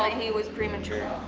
he was premature,